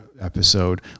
episode